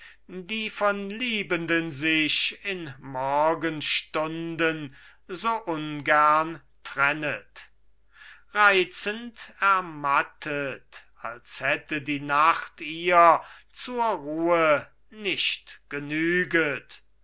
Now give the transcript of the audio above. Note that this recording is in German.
die von liebenden sich in morgenstunden so ungern trennet reizend ermattet als hätte die nacht ihr zur ruhe nicht genüget